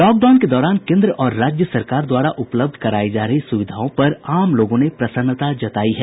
lockdown के दौरान केन्द्र और राज्य सरकार द्वारा उपलब्ध करायी जा रही सुविधाओं पर आम लोगों ने प्रसन्नता जतायी है